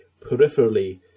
peripherally